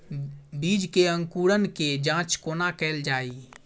बीज केँ अंकुरण केँ जाँच कोना केल जाइ?